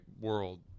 world